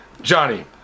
Johnny